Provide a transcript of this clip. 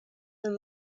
and